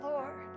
Lord